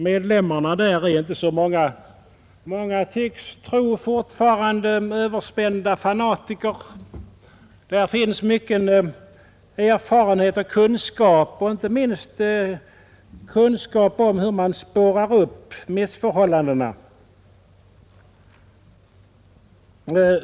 Medlemmarna där är inte, som många alltjämt tycks tro, överspända fanatiker. Där finns mycken erfarenhet och kunskap, inte minst kunskap om hur man spårar upp missförhållandena.